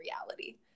reality